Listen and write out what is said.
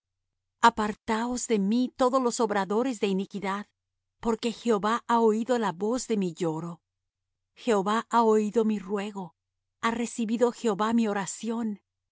apartaos de mí todos los obradores de iniquidad porque jehová ha oído la voz de mi lloro jehová ha oído mi ruego ha recibido jehová mi oración